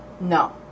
No